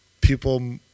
people